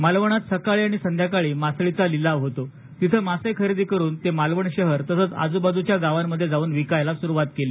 मालवणात सकाळी आणि सायंकाळी मासळीचा लीलाव होतो तिथं मासे खरेदी करून ते मालवण शहर तसच आजूबाजूच्या गावांमध्ये जाऊन विकायला सुरुवात केली